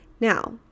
Now